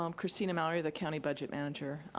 um cristina mallory, the county budget manager.